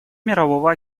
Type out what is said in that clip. мирового